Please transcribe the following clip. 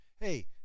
hey